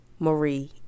Marie